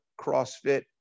CrossFit